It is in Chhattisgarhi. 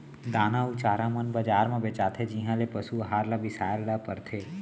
दाना अउ चारा मन बजार म बेचाथें जिहॉं ले पसु अहार ल बिसाए ल परथे